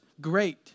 great